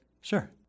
Sure